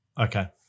Okay